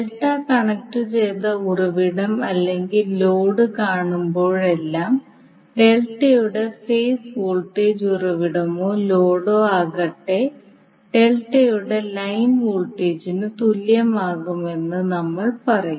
delta കണക്റ്റുചെയ്ത ഉറവിടം അല്ലെങ്കിൽ ലോഡ് കാണുമ്പോഴെല്ലാം ഡെൽറ്റയുടെ ഫേസ് വോൾട്ടേജ് ഉറവിടമോ ലോഡോ ആകട്ടെ ഡെൽറ്റയുടെ ലൈൻ വോൾട്ടേജിന് തുല്യമാകുമെന്ന് നമ്മൾ പറയും